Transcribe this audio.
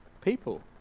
people